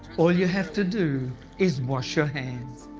all you have to do is wash your hands.